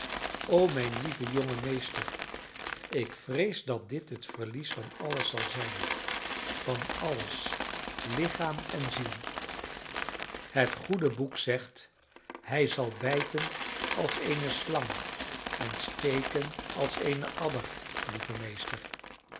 o mijn lieve jonge meester ik vrees dat dit het verlies van alles zal zijn van alles lichaam en ziel het goede boek zegt hij zal bijten als eene slang en steken als eene adder lieve meester